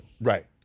Right